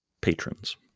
patrons